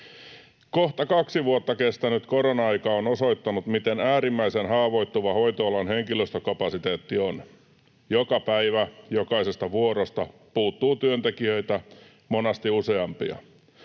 Kohta kaksi vuotta kestänyt korona-aika on osoittanut, miten äärimmäisen haavoittuva hoitoalan henkilöstökapasiteetti on. Joka päivä jokaisesta vuorosta puuttuu työntekijöitä, monesti useampia.